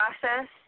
process